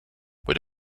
with